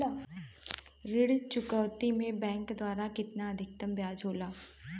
ऋण चुकौती में बैंक द्वारा केतना अधीक्तम ब्याज होला?